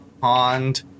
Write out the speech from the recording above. Pond